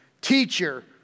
Teacher